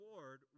Lord